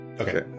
Okay